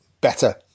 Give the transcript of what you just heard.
better